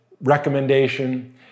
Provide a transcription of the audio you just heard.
recommendation